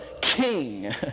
king